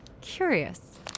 Curious